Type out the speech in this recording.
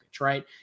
right